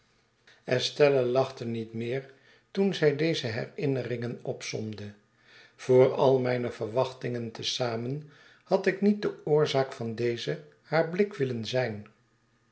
estella lachte niet meer toen zij deze herinneringen opsomde voor al mijne verwachtingen te zamen had ik niet de oorzaak van dezen haar blik willen zijn